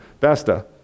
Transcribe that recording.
Vesta